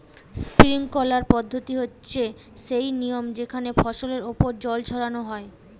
sprinkler পদ্ধতি হচ্ছে সেই নিয়ম যেখানে ফসলের ওপর জল ছড়ানো হয়